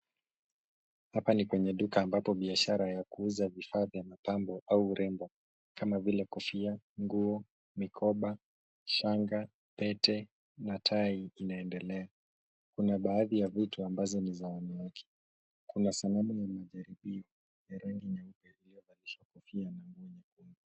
Hapa ni kwenye duka ambapo biashara ya kuuza vifaa vya mapambo au urembo kama vile kofia, nguo, mikoba, shanga, pete na tai inaendelea. Kuna baadhi ya vitu ambazo ni za wanawake. Kuna sanamu ya majaribio ya rangi nyeupe iliyovalishwa kofia na nguo nyekundu.